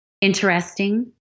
interesting